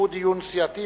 שהוא דיון סיעתי.